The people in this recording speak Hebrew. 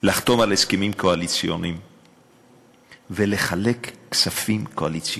לחתום על הסכמים קואליציוניים ולחלק כספים קואליציוניים.